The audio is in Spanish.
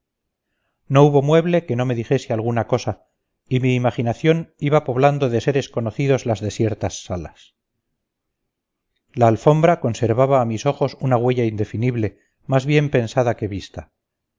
no hubo mueble que no me dijese alguna cosa y mi imaginación iba poblando de seres conocidos las desiertas salas la alfombra conservaba a mis ojos una huella indefinible más bien pensada que vista